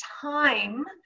time